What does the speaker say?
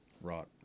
rot